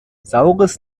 saures